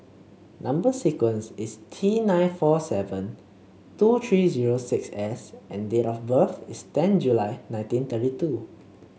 number sequence is T nine four seven two three zero six S and date of birth is ten July nineteen thirty two